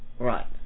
Right